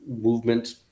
movement